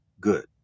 good